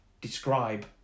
describe